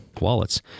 wallets